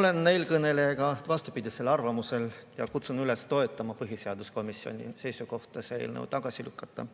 Olen eelkõnelejaga vastupidisel arvamusel ja kutsun üles toetama põhiseaduskomisjoni seisukohta see eelnõu tagasi lükata.